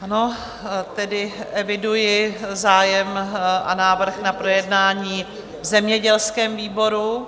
Ano, tedy eviduji zájem a návrh na projednání v zemědělském výboru.